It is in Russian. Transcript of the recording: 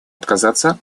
отказаться